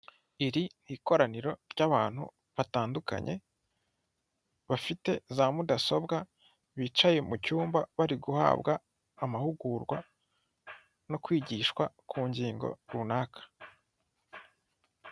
Iri ni ikoraniro ry'abantu batandukanye bafite za mudasobwa bicaye mu cyumba bari guhabwa amahugurwa no kwigishwa ku ngingo runaka .